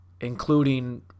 Including